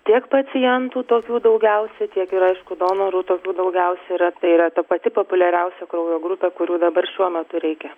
tiek pacientų tokių daugiausia tiek ir aišku donorų tokių daugiausia yra tai yra ta pati populiariausia kraujo grupė kurių dabar šiuo metu reikia